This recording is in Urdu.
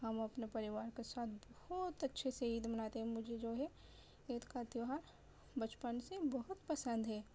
ہم اپنے پریوار کے ساتھ بہت اچھے سے عید مناتے ہیں مجھے جو ہے عید کا تہوار بچپن سے بہت پسند ہے